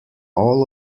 all